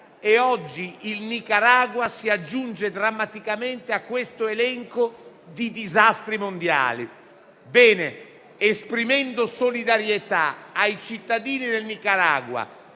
e oggi il Nicaragua si aggiunge drammaticamente a questo elenco di disastri mondiali. Esprimendo solidarietà ai cittadini del Nicaragua,